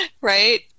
right